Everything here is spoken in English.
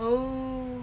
oh